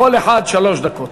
לכל אחד שלוש דקות.